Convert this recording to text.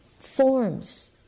forms